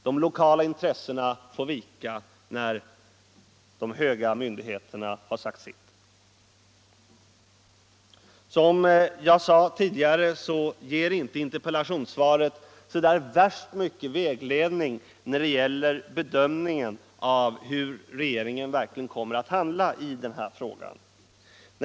De lokala intressena får vika när de höga myndigheterna sagt sitt. Som jag sade tidigare ger inte interpellationssvaret så värst mycket vägledning när det gäller bedömningen av hur regeringen verkligen kommer att handla i denna fråga.